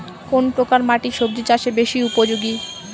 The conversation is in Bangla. কোন প্রকার মাটি সবজি চাষে বেশি উপযোগী?